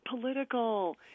political